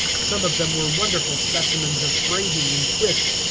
some of them were wonderful specimens of braiding and twist.